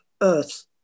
earth